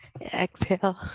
exhale